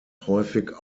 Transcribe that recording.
häufig